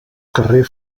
carrer